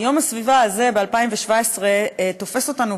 והקשבנו היטב לקול שלהם,